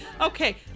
Okay